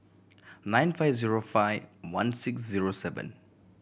nine five zero five one six zero seven